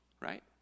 Right